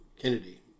Kennedy